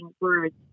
words